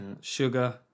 sugar